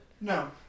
No